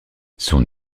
son